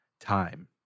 time